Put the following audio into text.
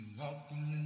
walking